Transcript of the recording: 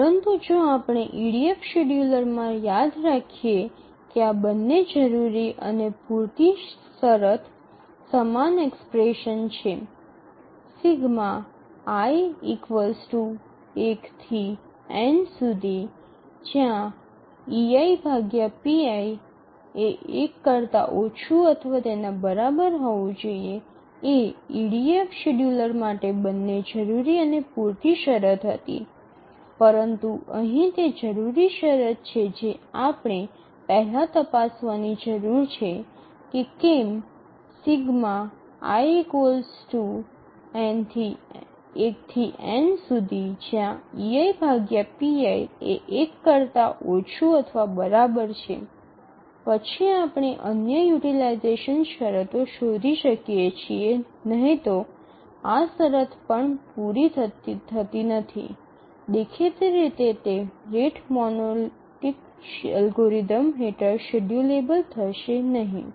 પરંતુ જો આપણે ઇડીએફ શેડ્યુલરમાં યાદ રાખીએ કે આ બંને જરૂરી અને પૂરતી શરત સમાન એક્સપ્રેશન છે ≤ 1 એ ઇડીએફ શેડ્યુલર માટે બંને જરૂરી અને પૂરતી શરત હતી પરંતુ અહીં તે જરૂરી શરત છે જે આપણે પહેલા તપાસવાની જરૂર છે કે કેમ ≤ 1 પછી આપણે અન્ય યુટીલાઈઝેશન શરતો શોધી શકીએ છીએ નહીં તો આ શરત પણ પૂરી થતી નથી દેખીતી રીતે તે રેટ મોનોટિક અલ્ગોરિધમ હેઠળ શેડ્યૂલેબલ થશે નહીં